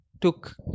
took